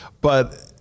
but-